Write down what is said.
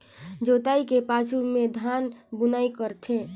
जोतई के पाछू में धान बुनई करथे